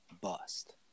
Bust